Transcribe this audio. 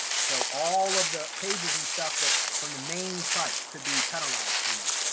so all of the pages and stuff that from the main site could be penalized from that.